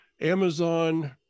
Amazon